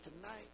tonight